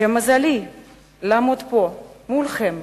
שהתמזל מזלי לעמוד פה מולכם,